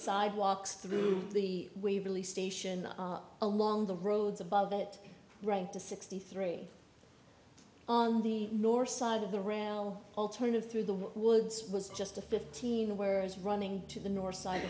sidewalks through the waverly station along the roads above that rank to sixty three on the north side of the rail alternative through the woods was just a fifteen whereas running to the north side